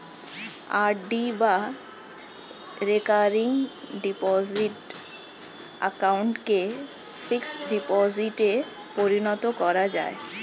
RD বা recurring deposit অ্যাকাউন্টকে fixed ডিপোজিটে পরিবর্তন করা যায়